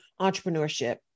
entrepreneurship